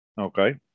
Okay